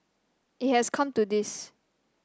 it has come to this